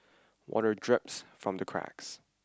water drips from the cracks